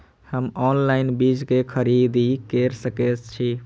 हम ऑनलाइन बीज के खरीदी केर सके छी?